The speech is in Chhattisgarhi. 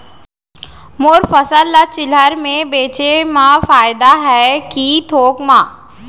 मोर फसल ल चिल्हर में बेचे म फायदा है के थोक म?